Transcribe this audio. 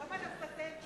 תרשום עליו פטנט.